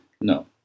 No